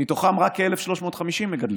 מתוכם רק כ-1,350 מגדלים,